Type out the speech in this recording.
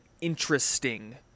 interesting